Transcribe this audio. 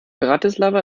bratislava